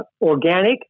organic